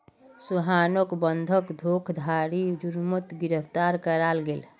सोहानोक बंधक धोकधारी जुर्मोत गिरफ्तार कराल गेल